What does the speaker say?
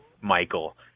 Michael